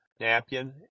napkin